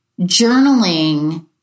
journaling